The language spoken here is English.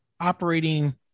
operating